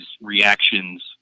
reactions